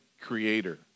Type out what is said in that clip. creator